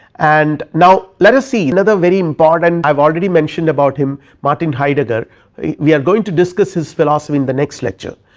and now, let us see another very important i have already mentioned about him martin heidegger we are going to discuss his philosophy in the next lecture.